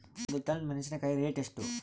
ಒಂದು ಟನ್ ಮೆನೆಸಿನಕಾಯಿ ರೇಟ್ ಎಷ್ಟು?